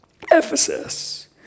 Ephesus